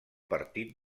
partit